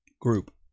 group